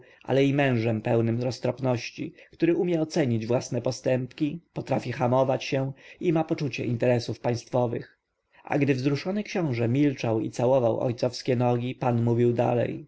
ale i mężem pełnym roztropności który umie ocenić własne postępki potrafi hamować się i ma poczucie interesów państwowych a gdy wzruszony książę milczał i całował ojcowskie nogi pan mówił dalej